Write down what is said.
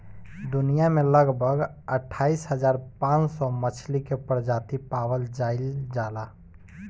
दुनिया में लगभग अठाईस हज़ार पांच सौ मछली के प्रजाति पावल जाइल जाला